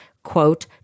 quote